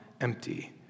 empty